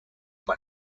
but